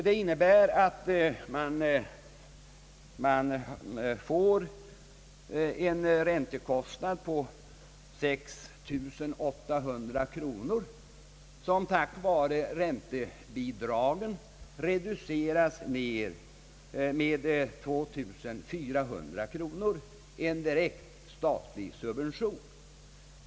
Det innebär en räntekostnad på 6800 kronor, som emellertid tack vare räntebidragen reduceras med 2 490 kronor — en direkt statlig subvention.